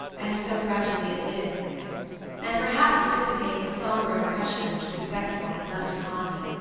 and so gradually it did and perhaps to dissipate the somber impression which the spectacle had left upon me,